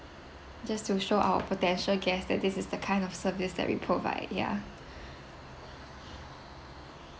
just to show our potential guests that this is the kind of services that we provide ya